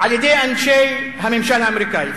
על-ידי אנשי הממשל האמריקני,